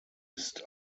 ist